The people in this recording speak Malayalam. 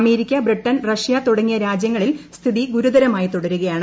അമേരിക്ക ബ്രിട്ടൻ റഷ്യ തുടങ്ങിയ രാജ്യങ്ങളിൽ സ്ഥിതി ഗുരുതരമായി തുടരുകയാണ്